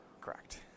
Correct